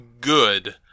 good